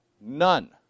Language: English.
None